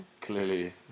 Clearly